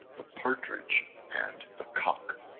the partridge, and the cock